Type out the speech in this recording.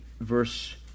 verse